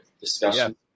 discussion